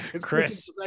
Chris